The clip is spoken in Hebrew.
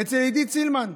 אצל עידית סילמן,